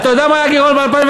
אתה יודע מה היה הגירעון ב-2009?